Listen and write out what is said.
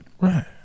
Right